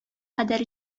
кадәр